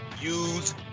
use